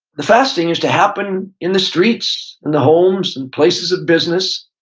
the fasting is to happen in the streets, in the homes and places of business.